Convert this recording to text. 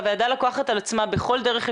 והוועדה לוקחת על עצמה בכל דרך אפשרית,